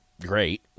great